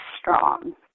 strong